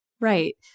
Right